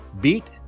beat